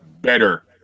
better